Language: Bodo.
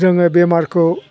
जोङो बेमारखौ